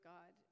God